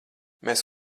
mēs